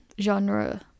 genre